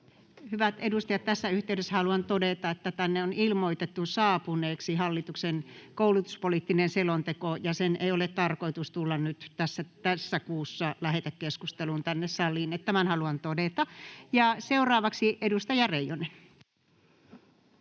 Hyvät edustajat, tässä yhteydessä haluan todeta, että tänne on ilmoitettu saapuneeksi hallituksen koulutuspoliittinen selonteko [Mika Kari: Juuri näin!] ja sen ei ole tarkoitus tulla nyt tässä kuussa lähetekeskusteluun tänne saliin. Tämän haluan todeta. [Mari Rantasen